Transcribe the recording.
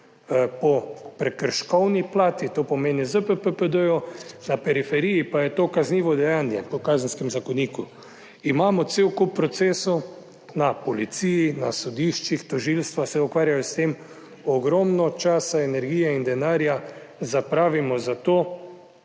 po prekrškovni plati, to pomeni ZPPPD, na periferiji pa je to kaznivo dejanje po Kazenskem zakoniku. Imamo cel kup procesov na policiji, na sodiščih, tožilstva se ukvarjajo s tem, ogromno časa, energije in denarja zapravimo za to